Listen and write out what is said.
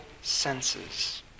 senses